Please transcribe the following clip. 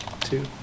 two